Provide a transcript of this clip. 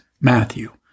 Matthew